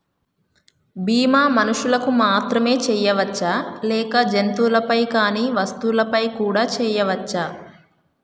బీమా మనుషులకు మాత్రమే చెయ్యవచ్చా లేక జంతువులపై కానీ వస్తువులపై కూడా చేయ వచ్చా?